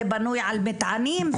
זה בנוי על מטענים,